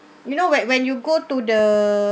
you know when when you go to the